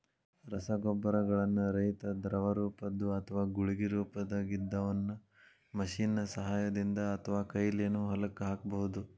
ರಸಗೊಬ್ಬರಗಳನ್ನ ರೈತಾ ದ್ರವರೂಪದ್ದು ಅತ್ವಾ ಗುಳಿಗಿ ರೊಪದಾಗಿದ್ದಿದ್ದನ್ನ ಮಷೇನ್ ನ ಸಹಾಯದಿಂದ ಅತ್ವಾಕೈಲೇನು ಹೊಲಕ್ಕ ಹಾಕ್ಬಹುದು